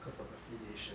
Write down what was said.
cause of affiliation